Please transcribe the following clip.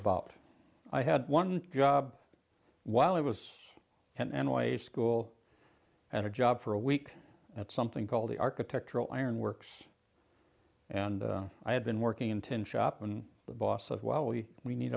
about i had one job while i was in anyway school and a job for a week at something called the architectural iron works and i had been working in tin shop and the boss of well we we need